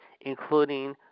including